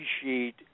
appreciate